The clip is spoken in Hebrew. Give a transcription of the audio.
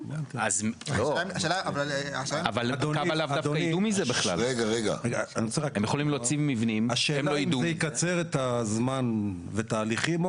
השאלה היא אם זה יקצר את הזמן ואת ההליכים,